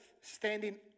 standing